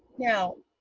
now,